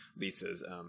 Lisa's